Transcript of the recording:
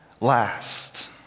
last